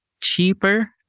cheaper